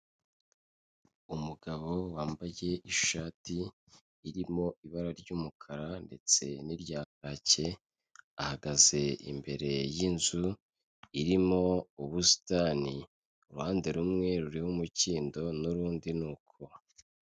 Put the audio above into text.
Umugabo wambaye ishati irimo ibara ry'umukara ndetse n'irya kake, ahagaze imbere y'inzu irimo ubusitani, uruhande rumwe ruriho umukindo n'urundi ni uko.